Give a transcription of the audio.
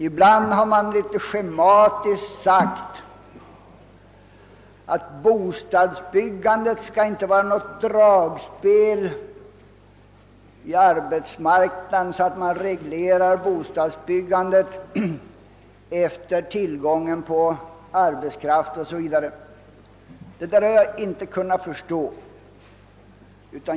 Ibland har man litet schematiskt sagt att bostadsbyggandet inte skall vara något dragspel på arbetsmarknaden; man skall inte reglera bostadsbyggandet med hänsyn till tillgången på arbetskraft etc. Det där har jag inte kunnat förstå.